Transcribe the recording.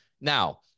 Now